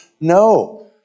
No